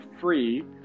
free